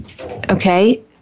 Okay